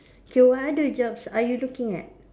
so what other jobs are you looking at